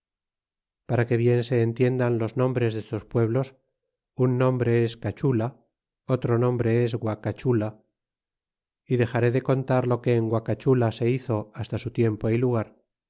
para que bien se entiendan los nombres destos pueblos un nombre es cachula otro nombre es guacachula y dexare de contar lo que en guacachula se hizo hasta su tiempo y lugar